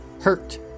hurt